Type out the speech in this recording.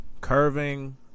Curving